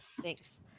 thanks